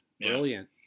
Brilliant